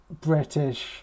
british